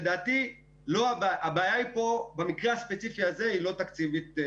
לדעתי במקרה הספציפי הזה הבעיה היא לא תקציבית.